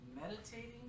meditating